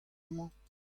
amañ